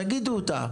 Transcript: תגידו אותה.